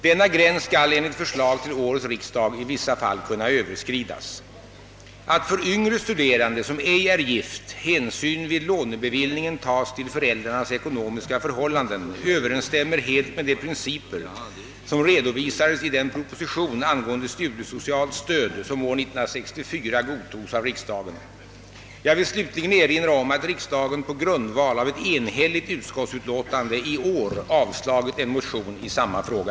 Denna gräns skall enligt förslag till årets riksdag i vissa fall kunna överskridas. Att för yngre studerande som ej är gift hänsyn vid lånebeviljningen tas till föräldrarnas ekonomiska förhållanden, överensstämmer helt med de principer som redovisades i den proposition angående studiesocialt stöd som år 1964 godtogs av riksdagen. Jag vill slutligen erinra om att riksdagen på grundval av ett enhälligt utskottsutlåtande i år avslagit en motion i samma fråga.